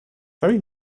very